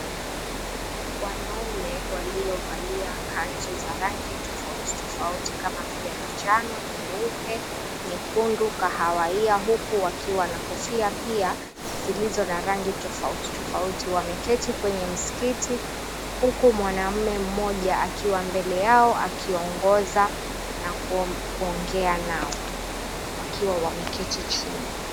Wanaume waliovalia kanzu za rangi tofauti tofauti kama vile manjano, nyeupe, nyekundu, kahawia huku wakiwa na kofia pia zilizo na rangi tofauti tofauti, wameketi kwenye msikiti huku mwanamme mmoja akiwa mbele yao akiongoza na kuongea nao wakiwa wameketi chini.